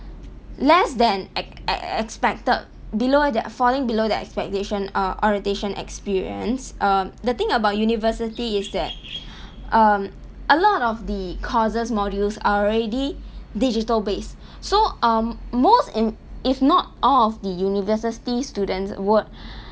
less than e~ e~ expected below the falling below their expectation uh orientation experience uh the thing about university is that um a lot of the courses modules are already digital based so um most if if not all of the university students would